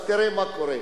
אז תראה מה קורה.